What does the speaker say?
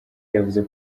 yavuze